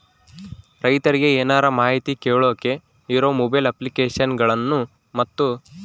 ರೈತರಿಗೆ ಏನರ ಮಾಹಿತಿ ಕೇಳೋಕೆ ಇರೋ ಮೊಬೈಲ್ ಅಪ್ಲಿಕೇಶನ್ ಗಳನ್ನು ಮತ್ತು?